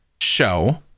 show